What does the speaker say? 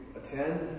attend